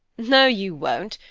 no, you won't.